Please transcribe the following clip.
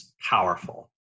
powerful